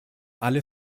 alle